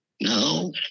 no